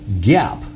gap